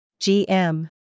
GM